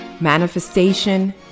manifestation